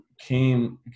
came